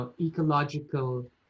ecological